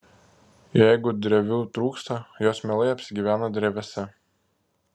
jeigu drevių trūksta jos mielai apsigyvena drevėse